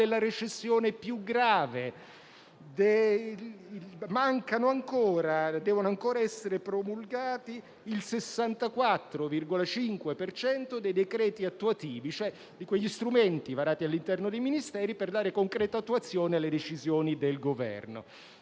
la recessione è più grave. Devono ancora essere promulgati il 64,5 per cento dei decreti attuativi, cioè di quegli strumenti, varati all'interno dei Ministeri, per dare concreta attuazione alle decisioni del Governo.